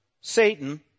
Satan